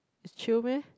it's chill meh